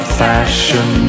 fashion